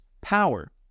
power